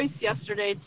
yesterday